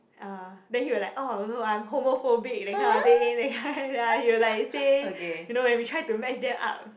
uh then he will like oh no I'm homophobic that kind of thing that kind ya he will like say you know when we try to match them up